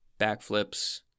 backflips